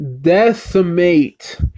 decimate